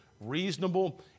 reasonable